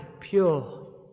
pure